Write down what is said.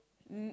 n~